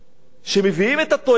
שמביאים את התועבה הזו.